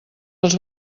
els